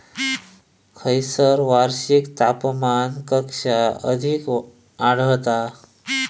खैयसर वार्षिक तापमान कक्षा अधिक आढळता?